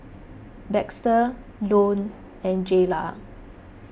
Baxter Lone and Jaylah